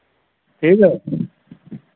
ठीक है